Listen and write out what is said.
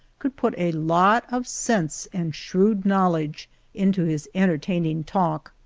could put a lot of sense and shrewd knowledge into his entertaining talk.